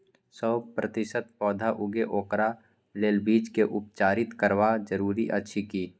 सौ प्रतिसत पौधा उगे ओकरा लेल बीज के उपचारित करबा जरूरी अछि की?